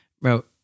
bro